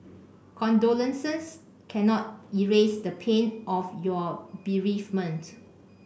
condolences cannot erase the pain of your bereavement